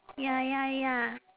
ya ya ya